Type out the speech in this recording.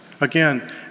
Again